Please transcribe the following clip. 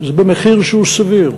זה במחיר שהוא סביר,